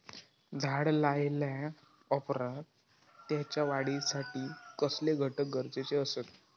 झाड लायल्या ओप्रात त्याच्या वाढीसाठी कसले घटक गरजेचे असत?